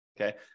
Okay